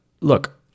Look